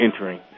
entering